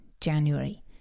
January